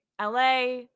LA